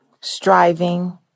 striving